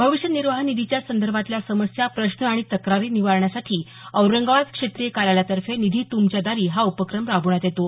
भविष्य निर्वाह निधीच्या संदर्भातल्या समस्या प्रश्न आणि तक्रारी निवारण्यासाठी औरंगाबाद क्षेत्रीय कार्यालयातर्फे निधी तुमच्या दारी हा उपक्रम राबवण्यात येतो